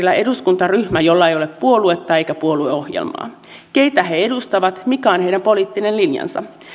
viidellä ministerillä eduskuntaryhmä jolla ei ole puoluetta eikä puolueohjelmaa keitä he edustavat mikä on heidän poliittinen linjansa